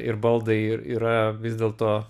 ir baldai ir yra vis dėlto